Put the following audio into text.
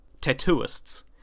Tattooists